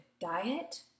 diet